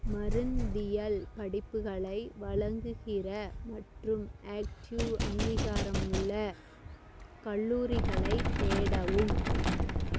மருந்தியல் படிப்புகளை வழங்குகிற மற்றும் ஆக்ட்யூ அங்கீகாரமுள்ள கல்லூரிகளைத் தேடவும்